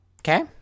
Okay